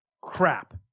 crap